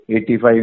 85